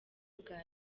bwa